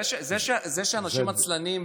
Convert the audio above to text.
זה שאנשים נצלנים,